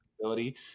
ability